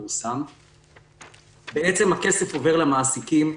בעצם הכסף עובר למעסיקים,